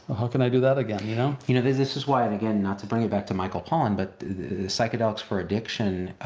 how can i do that again? you know you know this this is why, and again, not to bring it back to michael pollan, but psychedelics for addiction,